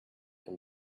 and